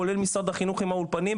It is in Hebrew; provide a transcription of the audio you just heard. כולל משרד החינוך והאולפנים,